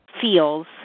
feels